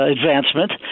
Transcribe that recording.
Advancement